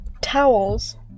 Towels